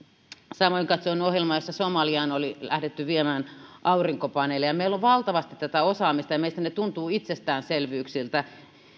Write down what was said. samoin katsoin ohjelmaa jossa somaliaan oli lähdetty viemään aurinkopaneeleja meillä on valtavasti tätä osaamista ja meistä ne tuntuvat itsestäänselvyyksiltä